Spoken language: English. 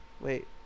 Wait